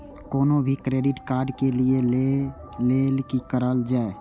कोनो भी credit card लिए के लेल की करल जाय?